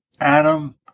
Adam